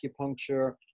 acupuncture